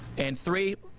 and three,